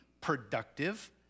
productive